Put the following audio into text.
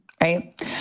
right